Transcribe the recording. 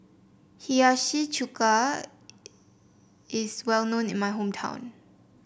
Hiyashi Chuka is well known in my hometown